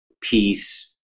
peace